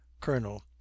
Colonel